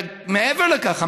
מעבר לכך,